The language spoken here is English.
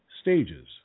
stages